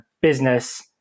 business